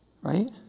right